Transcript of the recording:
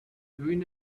doing